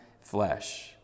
flesh